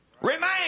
Remain